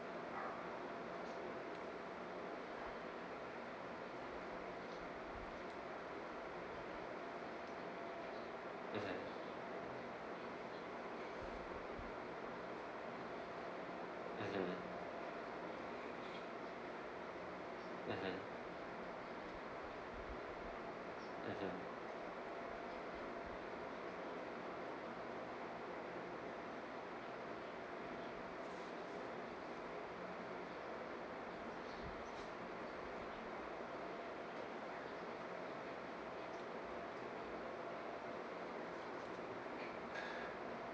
mmhmm mmhmm